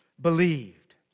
believed